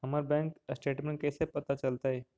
हमर bank statement कैसे पता चलतै?